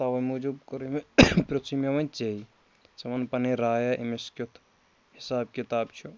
تَوَے موٗجوٗب کوٚرُے مےٚ پرٛژھُے مےٚ وَنہِ ژے ژٕ وَن پَنٕنۍ رایا أمِس کیُتھ حساب کِتاب چھُ